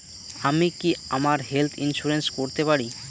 আমি কি আমার হেলথ ইন্সুরেন্স করতে পারি?